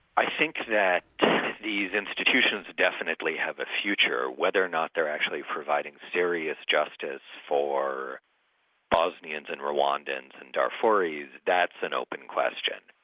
i think that these institutions definitely have a future. whether or not they're actually providing serious justice for bosnians and rwandans and darfuris, that's an open question.